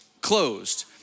closed